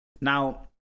Now